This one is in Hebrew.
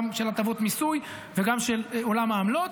גם של הטבות מיסוי וגם של עולם העמלות.